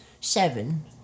seven